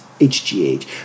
HGH